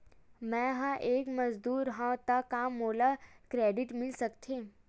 मैं ह एक मजदूर हंव त का मोला क्रेडिट मिल सकथे?